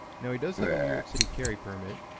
now he does have a new york city carry permit,